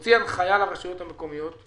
להוציא הנחיה לרשויות המקומיות,